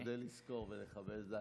אני אשתדל לזכור ולכבד את זה.